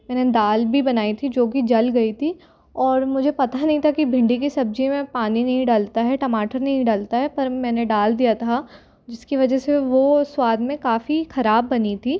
मैंने दाल भी बनाई थी जोकि जल गई थी और मुझे पता नहीं था कि भिन्डी की सब्जी में पानी नहीं डलता है टमाटर नहीं डलता है पर मैंने डाल दिया था जिसकी वजह से वो स्वाद में काफ़ी खराब बनी थी